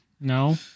No